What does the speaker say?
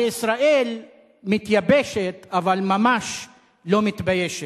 הרי ישראל מתייבשת, אבל ממש לא מתביישת.